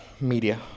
media